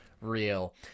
real